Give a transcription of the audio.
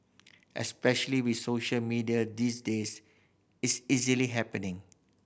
especially with social media these days it's easily happening